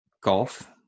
golf